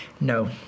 No